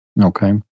Okay